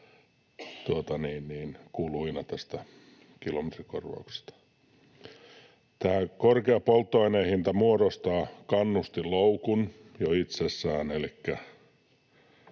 tästä kilometrikorvauksesta. Tämä korkea polttoaineen hinta muodostaa kannustinloukun jo itsessään,